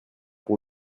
pour